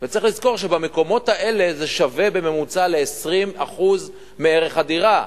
וצריך לזכור שבמקומות האלה זה שווה בממוצע ל-20% מערך הדירה.